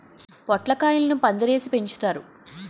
పొట్లకాయలను పందిరేసి పెంచుతారు